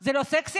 זה לא סקסי?